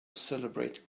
celebrate